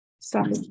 Sorry